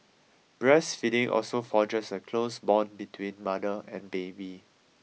breastfeeding also forges a close bond between mother and baby